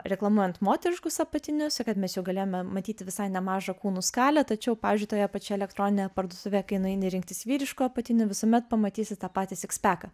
reklamuojant moteriškus apatinius kad mes jau galėjome matyti visai nemažą kūnų skalę tačiau pavyzdžiui toje pačioje elektroninėje parduotuvėje kai nueini rinktis vyriškų apatinių visuomet pamatysi tą patį sikspeką